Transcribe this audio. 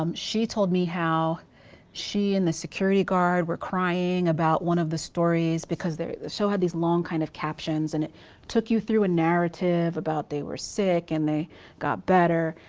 um she told me how she and the security guard were crying about one of the stories. because the show had these long kind of captions and it took you through a narrative about they were sick and they got better.